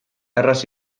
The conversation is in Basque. erraz